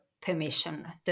permission